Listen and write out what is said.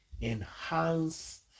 enhance